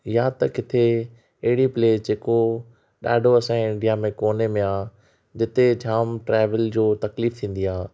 या त किथे एॾी प्लेस जेको ॾाढो असांजे इंडिया जे कोने में आहे जिते ॼाम ट्रैवल जो तकलीफ़ थींदी आहे